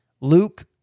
Luke